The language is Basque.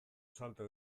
salto